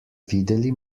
videli